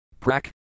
Prak